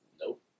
Nope